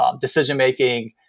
decision-making